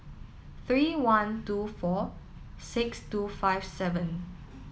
three one two four six two five seven